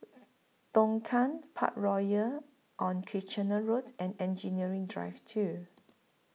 Tongkang Parkroyal on Kitchener Road and Engineering Drive two